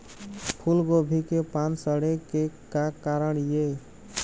फूलगोभी के पान सड़े के का कारण ये?